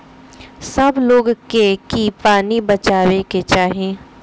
सब लोग के की पानी बचावे के चाही